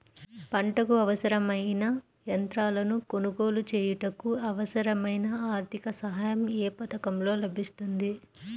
పంటకు అవసరమైన యంత్రాలను కొనగోలు చేయుటకు, అవసరమైన ఆర్థిక సాయం యే పథకంలో లభిస్తుంది?